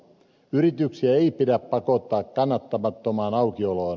yrityksiä ei pidä pakottaa kannattamattomaan aukioloon